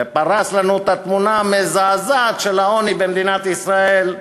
שפרס לנו את התמונה המזעזעת של העוני במדינת ישראל.